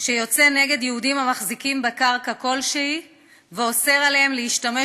שיוצא נגד יהודים המחזיקים בקרקע כלשהי ואוסר עליהם להשתמש